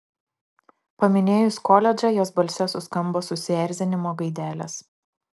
paminėjus koledžą jos balse suskambo susierzinimo gaidelės